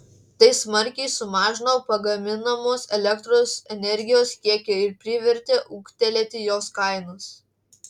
tai smarkiai sumažino pagaminamos elektros energijos kiekį ir privertė ūgtelėti jos kainas